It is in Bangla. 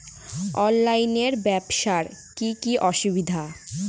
অনলাইনে ব্যবসার কি কি অসুবিধা?